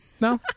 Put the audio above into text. No